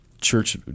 church